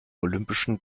olympischen